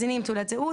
ברור